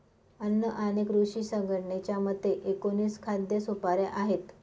अन्न आणि कृषी संघटनेच्या मते, एकोणीस खाद्य सुपाऱ्या आहेत